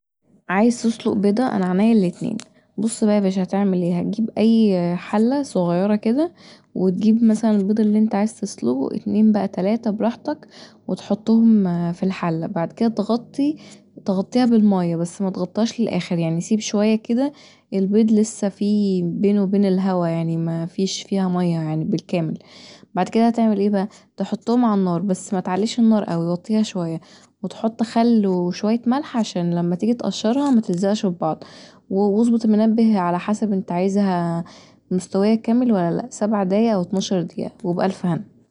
عايز تسلق بيضه انا عنيا الأتنين بص بقي يا باشا هتعمل ايه، هتجيب اي حله صغيره كدا وتجيب مثلا البيض اللي انت عايز تسلقه اتنين بقي تلاته براحتك وتحطهم في الحله، بعد كدا بقي تغطي تغطيها بالميه بس متغطيهاش للآخر يعني سيب شويه كدا البيض لسه فيه بينه وبين الهوا يعني مفيش فيها ميه يعني بالكامل بعد كدا هتعمل ايه بقي هتحطهم علي النار بس متعليش النار اوي وطيها شويه وتحط خل وشويه ملح عشان لما تيجي تقشرها متلزقش في بعض واظبذ المنبه الي حسب انت عايزهامستويه كامل ولا لأ سبع دقايق او اتناشر دقيقه وبألف هنا